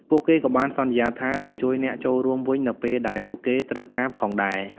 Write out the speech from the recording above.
ពួកគេក៏បានសន្យាថានឹងជួយអ្នកចូលរួមវិញនៅពេលដែលពួកគេត្រូវការផងដែរ។